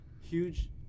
Huge